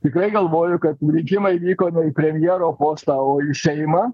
tikrai galvoju kad rinkimai vyko premjero postą o į seimą